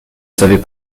savait